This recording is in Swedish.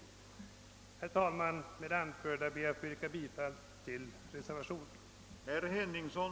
Herr talman. Med det anförda ber jag att få yrka bifall till reservationen.